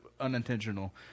unintentional